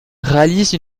réalise